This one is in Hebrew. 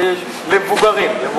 למבוגרים.